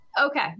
Okay